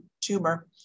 tumor